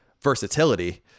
versatility